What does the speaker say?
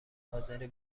حاضری